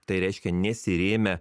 tai reiškia nesirėmę